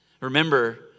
Remember